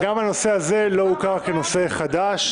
גם הנושא הזה לא הוכר כנושא חדש.